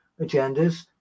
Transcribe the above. agendas